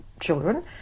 children